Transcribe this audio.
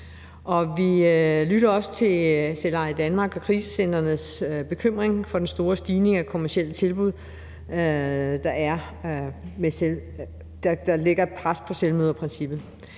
Vi lytter også til Selveje Danmark og krisecentrenes bekymring for den store stigning i kommercielle tilbud, hvilket lægger et pres på Selvmøderprincippet;